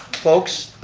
folks,